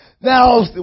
Now